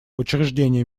учреждение